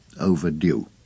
overdue